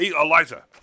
Eliza